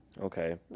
Okay